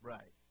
Right